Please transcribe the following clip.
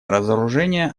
разоружение